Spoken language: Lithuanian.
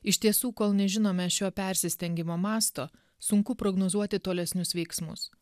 iš tiesų kol nežinome šio persistengimo masto sunku prognozuoti tolesnius veiksmus